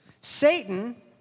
Satan